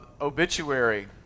obituary